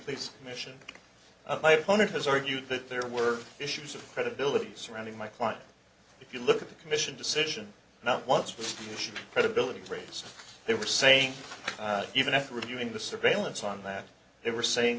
please mission my opponent has argued that there were issues of credibility surrounding my client if you look at the commission decision not once was to ship credibility great they were saying even after reviewing the surveillance on that they were saying